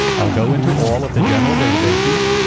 i'll go into all of the general databases.